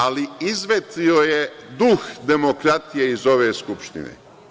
Ali, izvetrio je duh demokratije iz ove Skupštine.